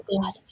God